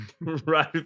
Right